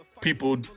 people